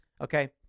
Okay